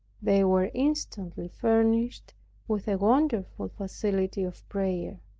they were instantly furnished with a wonderful facility of prayer.